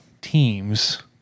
teams